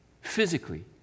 physically